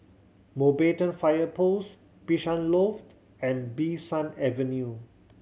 Mountbatten Fire Post Bishan Loft and Bee San Avenue